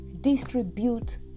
distribute